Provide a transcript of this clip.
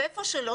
ואיפה שלא,